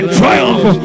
triumph